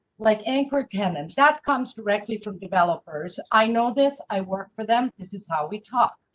like, anchor, tenant that comes directly from developers. i know this i work for them. this is how we talk.